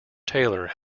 taylor